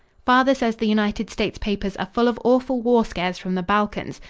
father says the united states papers are full of awful war scares from the balkans.